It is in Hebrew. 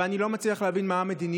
אבל אני לא מצליח להבין מה המדיניות,